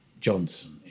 Johnson